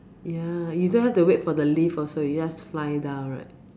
ya you don't have to wait for the lift also you just fly down right